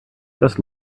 just